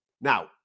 Now